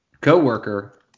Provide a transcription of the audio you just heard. co-worker